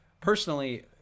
personally